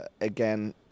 again